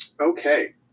Okay